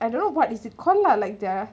I don'tknow what is it call lah like that